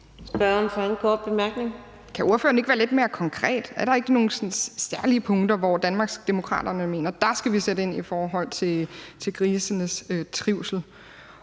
Kan ordføreren ikke være lidt mere konkret? Er der ikke sådan nogle særlige punkter, hvor Danmarksdemokraterne mener at vi skal sætte ind i forhold til grisenes trivsel?